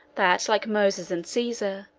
that, like moses and caesar,